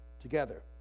together